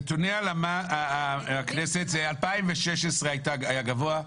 נתוני הכנסת הם שב-2016 היה גבוה.